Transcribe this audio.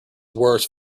worse